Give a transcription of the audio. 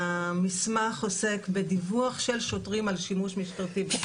המסמך עוסק בדיווח של שוטרים על שימוש משטרתי,